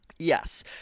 Yes